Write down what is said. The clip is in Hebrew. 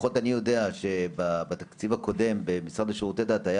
לפחות אני יודע שבתקציב הקודם במשרד לשירותי דת היה